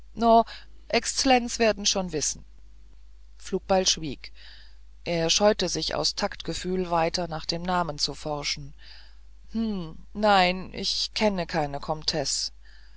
exlenz werden schon wissen flugbeil schwieg er scheute sich aus taktgefühl weiter nach dem namen zu forschen hm nein ich kenne keine komtessen